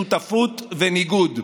שותפות וניגוד.